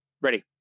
Ready